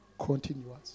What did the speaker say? continuous